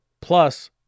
Plus